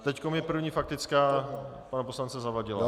Teď je první faktická pana poslance Zavadila.